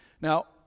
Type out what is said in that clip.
Now